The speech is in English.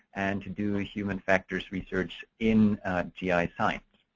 and to do human factors research in gi science.